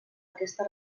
aquesta